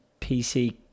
PC